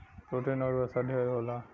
protein आउर वसा ढेर होला